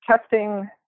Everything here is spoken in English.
testing